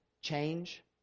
change